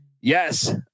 Yes